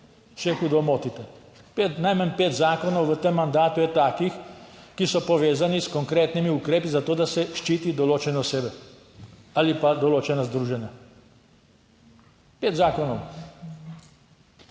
Se hudo motite. Najmanj pet zakonov v tem mandatu je takih, ki so povezani s konkretnimi ukrepi zato, da se ščiti določene osebe ali pa določena združenja. Pet zakonov.